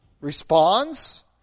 responds